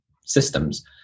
systems